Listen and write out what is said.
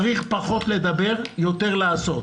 צריך פחות לדבר ויותר לעשות.